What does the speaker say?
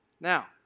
Now